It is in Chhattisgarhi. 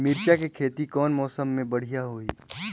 मिरचा के खेती कौन मौसम मे बढ़िया होही?